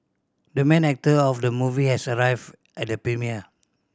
the main actor of the movie has arrived at the premiere